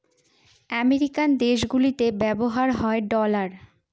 American দেশগুলিতে ব্যবহার হয় ডলার